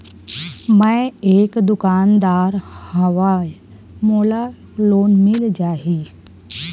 मै एक दुकानदार हवय मोला लोन मिल जाही?